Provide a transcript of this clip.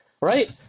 right